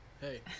Hey